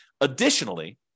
Additionally